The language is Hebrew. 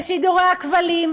בשידורי הכבלים,